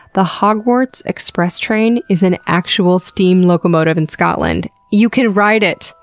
the hogwarts express train is an actual steam locomotive in scotland. you can ride it!